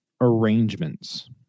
arrangements